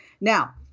Now